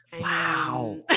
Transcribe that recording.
Wow